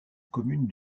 commune